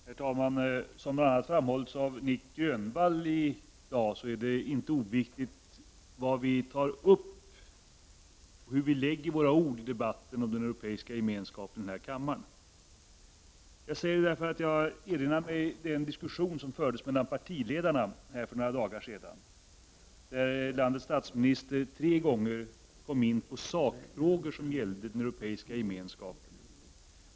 Herr talman! Som bl.a. framhållits av Nic Grönvall i dag är det inte oviktigt vad vi tar upp och hur vi lägger våra ord i debatten i kammaren om den europeiska gemenskapen. Jag säger detta därför att jag erinrar mig den diskussion som fördes mellan partiledarna för några dagar sedan. Landets statsminister kom tre gånger in på sakfrågor som gällde den europeiska gemenskapen.